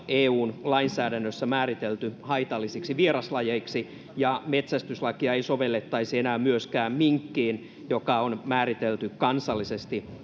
eun lainsäädännössä määritelty haitallisiksi vieraslajeiksi ja metsästyslakia ei sovellettaisi enää myöskään minkkiin joka on määritelty kansallisesti